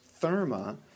Therma